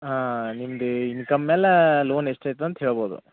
ಹಾಂ ನಿಮ್ದು ಇನ್ಕಮ್ ಮ್ಯಾಲ ಲೋನ್ ಎಷ್ಟಾಯ್ತದಂತ ಹೇಳ್ಬೋದು